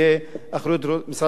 אחריות משרד ראש הממשלה.